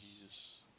Jesus